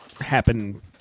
happen